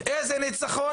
איזה ניצחון,